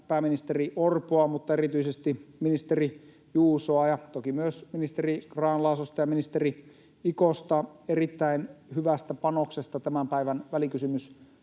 pääministeri Orpoa ja erityisesti ministeri Juusoa ja toki myös ministeri Grahn-Laasosta ja ministeri Ikosta erittäin hyvästä panoksesta tämän päivän